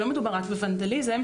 לא מדובר רק בוונדליזם,